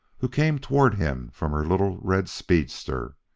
who came toward him from her little red speedster.